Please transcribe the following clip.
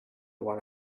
one